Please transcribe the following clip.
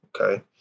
Okay